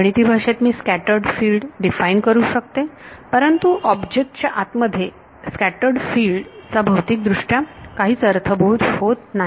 गणिती भाषेत मी स्कॅटर्ड फिल्ड डिफाइन करू शकते परंतु ऑब्जेक्ट च्या आत मध्ये स्कॅटर्ड फील्ड चा भौतिक दृष्ट्या काहीच अर्थबोध होत नाही